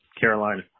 Carolina